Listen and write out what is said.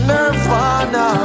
Nirvana